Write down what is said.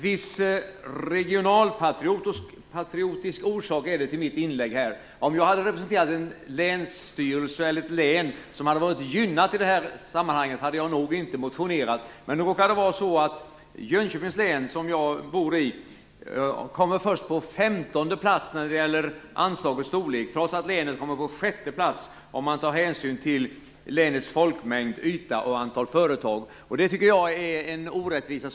Orsaken till mitt inlägg här är i viss mån regionalpatriotisk. Om jag hade representerat en länsstyrelse, eller ett län, som var gynnad i detta sammanhang skulle jag nog inte ha motionerat. Men Jönköpings län, där jag bor, råkar komma först på femtonde plats när det gäller anslagets storlek, trots att länet kommer på sjätte plats om hänsyn tas till länets folkmängd, yta och antal företag. Det tycker jag är en orättvisa.